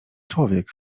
człowiek